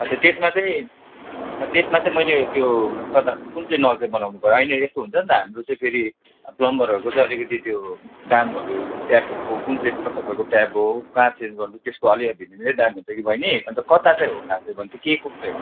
अच्छा त्यसमा चाहिँ त्यसमा चाहिँ मैले त्यो कता कुन चाहिँ नल चाहिँ बनाउनु पर्यो होइन यस्तो हुन्छ नि त हाम्रो चाहिँ फेरि पल्मबरहरूको चाहिँ अलिकति त्यो दामहरू ट्यापको कुन चाहिँ कस्तो खाल्के ट्याप हो कहाँ चेन्ज गर्नु त्यसको अलिअलि भिन्नै दाम हुन्छ कि बहिनी अन्त कता चाहिँ हो खास चाहिँ भने फछि के को चाहिँ हो